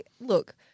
look